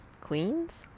Queens